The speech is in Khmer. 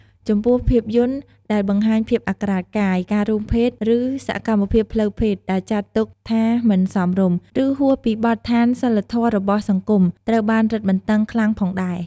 ចំំពោះភាពយន្តដែលបង្ហាញភាពអាក្រាតកាយ ការរួមភេទ ឬសកម្មភាពផ្លូវភេទដែលចាត់ទុកថាមិនសមរម្យ ឬហួសពីបទដ្ឋានសីលធម៌របស់សង្គម ត្រូវបានរឹតបន្តឹងខ្លាំងផងដែរ។